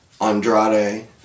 Andrade